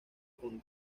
con